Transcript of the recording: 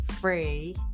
free